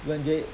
when they